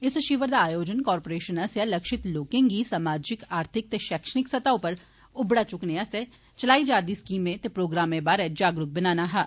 इस शिवर दा आयोजन कारपोरेशन आस्सेया लक्षित लोकें गी समाजिक आर्थिक ते शैक्षिक स्तह उप्पर उबड़ा चुकने आस्तै चलाई जा रदी स्कीमें ते प्रोग्रामें बारे जागरुक बनाना हा